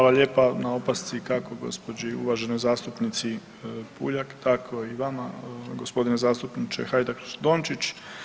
Hvala lijepa na opasci kako gospođi uvaženoj zastupnici Puljak, tako i vama gospodine zastupniče Hajdaš Dončić.